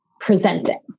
presenting